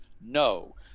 no